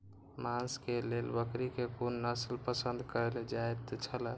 मांस के लेल बकरी के कुन नस्ल पसंद कायल जायत छला?